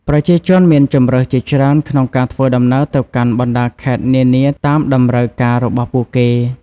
ប្រជាជនមានជម្រើសជាច្រើនក្នុងការធ្វើដំណើរទៅកាន់បណ្តាខេត្តនានាតាមតម្រូវការរបស់ពួកគេ។